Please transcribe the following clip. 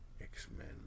x-men